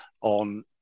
on